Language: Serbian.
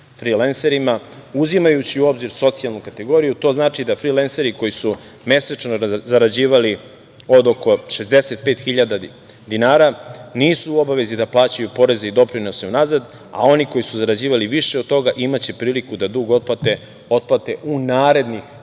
frilenserima, uzimajući u obzir socijalnu kategoriju. To znači da frilenseri koji su mesečno zarađivali od oko 65.000 dinara nisu u obavezi da plaćaju poreze i doprinose unazad, a oni koji su zarađivali više od toga imaće priliku da dug otplate u narednih